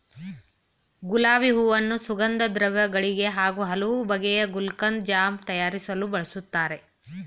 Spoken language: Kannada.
ಗುಲಾಬಿ ಹೂವನ್ನು ಸುಗಂಧದ್ರವ್ಯ ಗಳಿಗೆ ಹಾಗೂ ಹಲವು ಬಗೆಯ ಗುಲ್ಕನ್, ಜಾಮ್ ತಯಾರಿಸಲು ಬಳ್ಸತ್ತರೆ